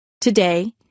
Today